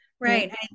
right